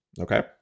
Okay